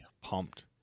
pumped